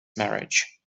marriage